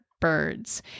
birds